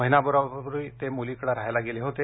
महिनाभरापूर्वी ते मुलीकडे राहायला गेले होते